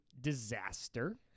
disaster